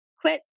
quit